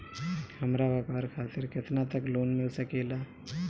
हमरा व्यापार खातिर केतना तक लोन मिल सकेला?